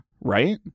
right